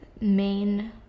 main